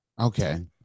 okay